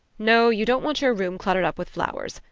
no you don't want your room cluttered up with flowers.